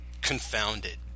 confounded